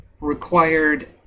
required